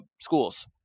schools